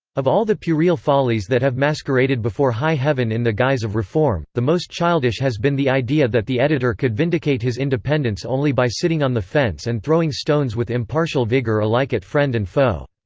of all the puerile follies that have masqueraded before high heaven in the guise of reform, the most childish has been the idea that the editor could vindicate his independence only by sitting on the fence and throwing stones with impartial vigor alike at friend and foe.